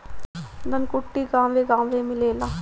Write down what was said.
धनकुट्टी गांवे गांवे मिलेला